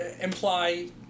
imply